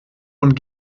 und